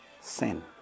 sin